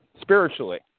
spiritually